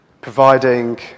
providing